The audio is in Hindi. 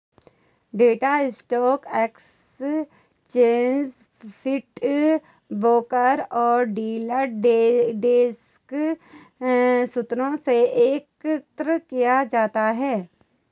data stock exchange feed, broker और डीलर डेस्क स्रोतों से एकत्र किया जाता है